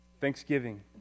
Thanksgiving